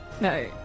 no